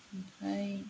ओमफ्राय